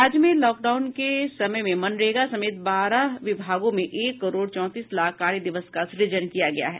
राज्य में lockdown के समय में मनरेगा समेत बारह विभागों में एक करोड़ चौतीस लाख कार्यदिवस का सुजन किया गया है